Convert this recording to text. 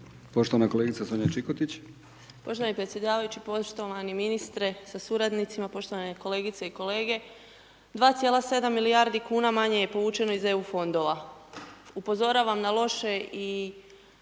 Sonja (Nezavisni)** Poštovani predsjedavajući, poštovani ministre sa suradnicima, poštovani kolegice i kolege. 2,7 milijarde kuna manje je povučeno iz EU fondova. Upozoravam na loše i